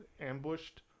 ambushed